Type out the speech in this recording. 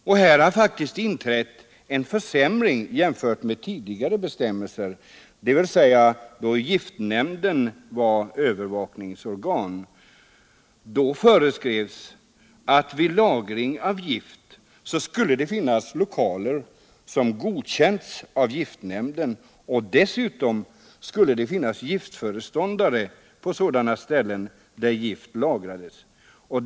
Och här har det faktiskt inträtt en försämring jämfört med tidigare, då giftnämnden var övervakningsorgan. Då föreskrevs att vid lagring av gift skulle det finnas lokaler som godkänts av giftnämnden, och dessutom skulle det finnas en giftföreståndare på sådana ställen där gift lagrades.